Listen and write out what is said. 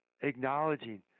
acknowledging